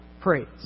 praise